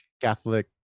Catholic